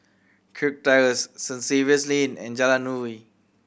Kirk Terrace Saint Xavier's Lane and Jalan Nuri